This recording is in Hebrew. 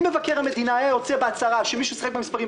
אם מבקר המדינה היה יוצא בהצהרה שמישהו שיחק במספרים,